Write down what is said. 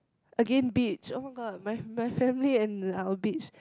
again beach [oh]-my-god my my family and our beach